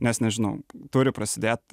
nes nežinau turi prasidėt